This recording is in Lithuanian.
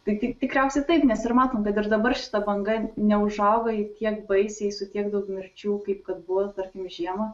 tai tikriausiai taip nes ir matom kad ir dabar šita banga neužauga jau tiek baisiai su tiek daug mirčių kaip kad buvo tarkim žiemą